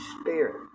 spirit